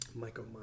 Michael